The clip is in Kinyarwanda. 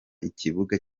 ikibuga